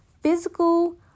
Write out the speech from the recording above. physical